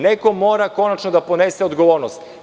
Neko mora konačno da ponese odgovornost.